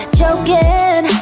joking